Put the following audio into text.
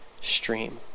stream